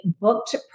Booked